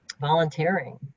volunteering